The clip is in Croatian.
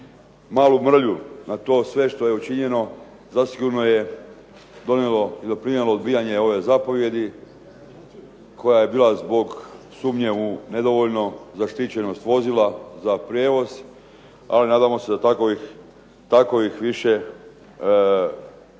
Malu mrlju na to sve što je učinjeno zasigurno je donijelo i doprinijelo odbijanje ove zapovijedi koja je bila zbog sumnje u nedovoljno zaštićenost vozila za prijevoz, ali nadamo se da takovih više otklona